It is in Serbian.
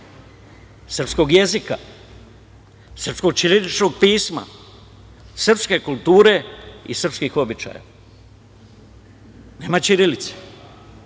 srpskog jezika, srpskog ćiriličnog pisma, srpske kulture i srpskih običaja, srpske